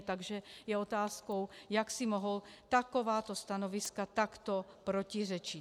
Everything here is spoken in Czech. Takže je otázkou, jak si mohou takováto stanoviska takto protiřečit.